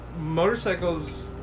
motorcycles